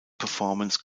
performance